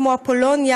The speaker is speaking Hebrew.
כמו אפולוניה,